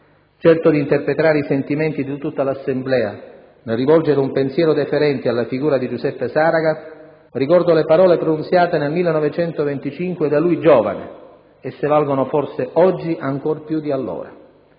certo di interpretare i sentimenti di tutta l'Assemblea, nel rivolgere un pensiero deferente alla figura di Giuseppe Saragat, ricordo le parole pronunziate nel 1925 da lui giovane; esse valgono forse oggi ancor più di allora: